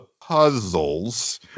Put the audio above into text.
puzzles